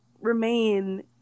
remain